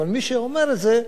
אבל מי שהיה אומר את זה,